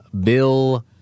Bill